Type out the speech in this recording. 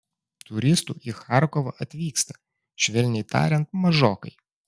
turistų į charkovą atvyksta švelniai tariant mažokai